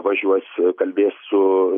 važiuos kalbės su